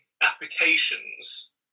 Applications